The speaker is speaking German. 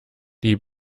die